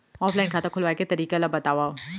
Offline खाता खोलवाय के तरीका ल बतावव?